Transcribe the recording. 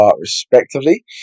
respectively